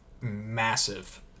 massive